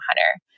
hunter